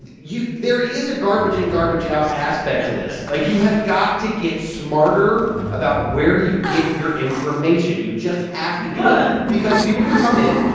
and you there is a garbage in, garbage out aspect to this like, you have got to get smarter about where you get your information. you just have to do it. but. because people can come in,